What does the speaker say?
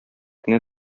кенә